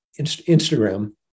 Instagram